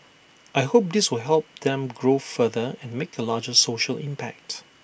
I hope this will help them grow further and make A larger social impact